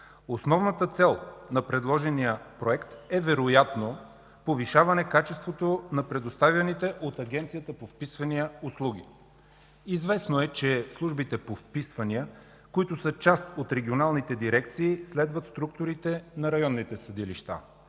Основната цел на предложения проект е вероятно повишаване качеството на предоставяните от Агенция по вписванията услуги. Известно е, че службите по вписвания, които са част от регионалните дирекции, следват структурата на апелативните съдилища.